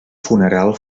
funeral